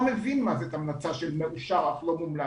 מבין מה זאת המלצה של מאושר אך לא מומלץ.